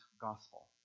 gospel